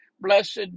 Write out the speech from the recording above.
blessed